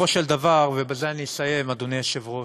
בסופו של דבר, ובזה אני אסיים, אדוני היושב-ראש.